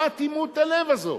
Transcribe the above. מה אטימות הלב הזאת?